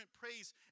praise